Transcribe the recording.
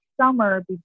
summer